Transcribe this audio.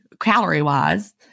calorie-wise